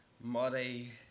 muddy